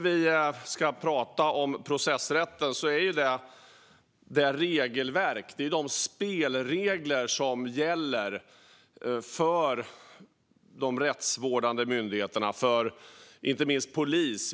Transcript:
Vi ska nu tala om processrätten - det regelverk och de spelregler som gäller för de rättsvårdande myndigheterna, inte minst polisen.